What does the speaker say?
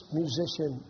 musician